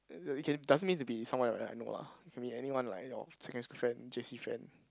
no you can doesn't need to be someone that I know lah I mean anyone like your secondary friend J_C friend